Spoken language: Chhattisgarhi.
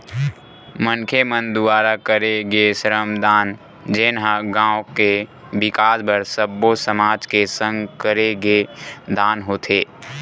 मनखे मन दुवारा करे गे श्रम दान जेनहा गाँव के बिकास बर सब्बो समाज के संग करे गे दान होथे